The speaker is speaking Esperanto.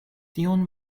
tion